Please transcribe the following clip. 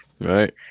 Right